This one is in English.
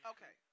Okay